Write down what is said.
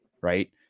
Right